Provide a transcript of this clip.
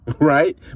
right